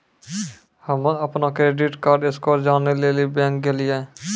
हम्म अपनो credit card score जानै लेली बैंक गेलियै